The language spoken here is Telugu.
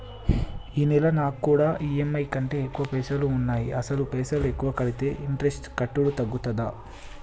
ఈ నెల నా కాడా ఈ.ఎమ్.ఐ కంటే ఎక్కువ పైసల్ ఉన్నాయి అసలు పైసల్ ఎక్కువ కడితే ఇంట్రెస్ట్ కట్టుడు తగ్గుతదా?